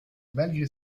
malgré